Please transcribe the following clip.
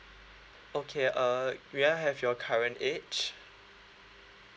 okay uh may I have your current age